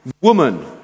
Woman